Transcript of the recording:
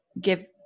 give